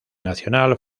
nacional